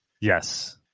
yes